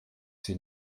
sie